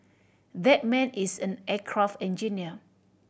that man is an aircraft engineer